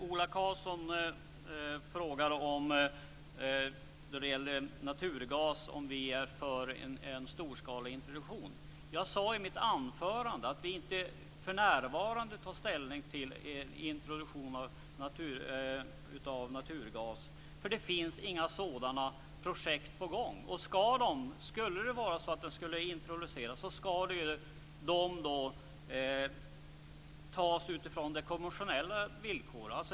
Fru talman! Ola Karlsson frågar om vi är för en storskalig introduktion av naturgas. Jag sade i mitt anförande att vi inte för närvarande tar ställning till en introduktion av naturgas, för det finns inga sådana projekt på gång. Skulle den introduceras skulle det ske på konventionella villkor.